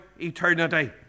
eternity